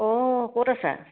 অঁ ক'ত আছা